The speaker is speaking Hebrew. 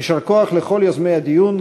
יישר כוח לכל יוזמי הדיון.